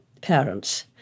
parents